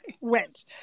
went